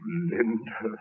Linda